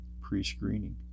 pre-screening